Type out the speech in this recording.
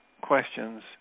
questions